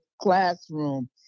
classroom